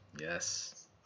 Yes